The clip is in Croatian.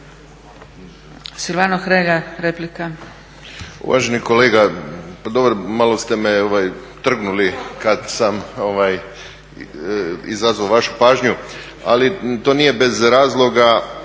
Silvano Hrelja, replika.